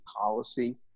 policy